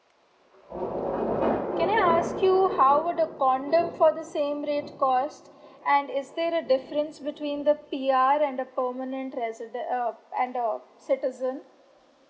can I ask you how would the condo for the same rate cost and is there a difference between the P_R and the permanent resident uh and the citizen